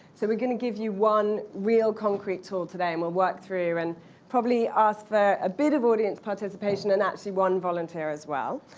so we're going to give you one real concrete tool today, and we'll work through, and probably ask for a bit of audience participation, and actually, one volunteer as well.